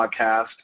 podcast